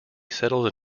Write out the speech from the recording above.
settled